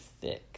thick